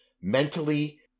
mentally